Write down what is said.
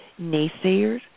naysayers